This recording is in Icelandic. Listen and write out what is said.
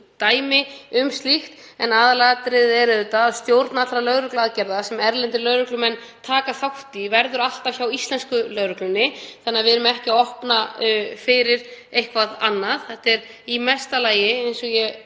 dæmi um slíkt. En aðalatriðið er að stjórn allra lögregluaðgerða sem erlendir lögreglumenn taka þátt í verður alltaf hjá íslensku lögreglunni, þannig að við erum ekki að opna fyrir eitthvað annað. Þetta er í mesta lagi, eins og ég